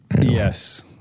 Yes